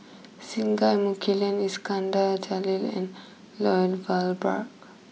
Singai Mukilan Iskandar Jalil and Lloyd Valberg